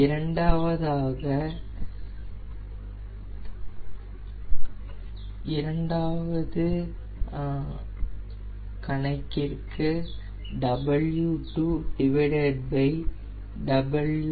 இரண்டாவதாக கிளைம்ப் க்கு W2W1